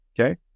Okay